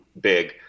big